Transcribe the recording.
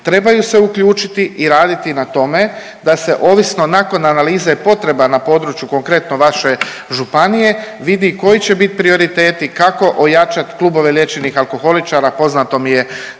trebaju se uključiti i raditi na tome, da se ovisno nakon analize potreba na području konkretno vaše županije vidi koji će biti prioriteti kako ojačati klubove liječenih alkoholičara. Poznato mi je